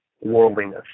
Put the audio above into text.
worldliness